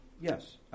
Yes